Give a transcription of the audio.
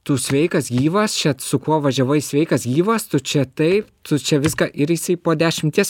tu sveikas gyvas čia su kuo važiavai sveikas gyvas tu čia taip tu čia viską ir po dešimties